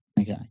Okay